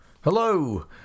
Hello